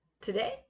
Today